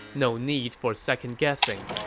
no need for second-guessing.